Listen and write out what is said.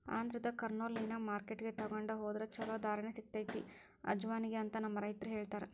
ಆಂಧ್ರದ ಕರ್ನೂಲ್ನಲ್ಲಿನ ಮಾರ್ಕೆಟ್ಗೆ ತೊಗೊಂಡ ಹೊದ್ರ ಚಲೋ ಧಾರಣೆ ಸಿಗತೈತಿ ಅಜವಾನಿಗೆ ಅಂತ ನಮ್ಮ ರೈತರು ಹೇಳತಾರ